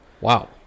Wow